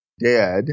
dead